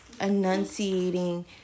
enunciating